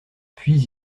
puis